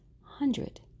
hundred